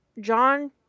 john